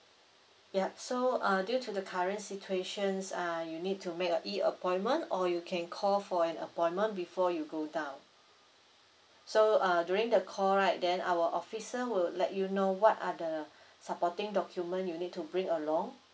ya so uh due to the current situations uh you need to make a E appointment or you can call for an appointment before you go down so uh during the call right then our officer will let you know what are the supporting document you need to bring along